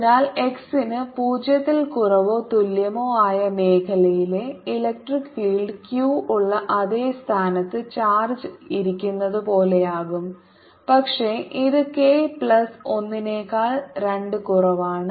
അതിനാൽ x ന് 0 ൽ കുറവോ തുല്യമോ ആയ മേഖലയിലെ ഇലക്ട്രിക് ഫീൽഡ് q ഉള്ള അതേ സ്ഥാനത്ത് ചാർജ് ഇരിക്കുന്നതുപോലെയാകും പക്ഷേ ഇത് k പ്ലസ് 1 നെക്കാൾ 2 കുറവാണ്